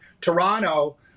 Toronto